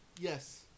Yes